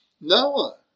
Noah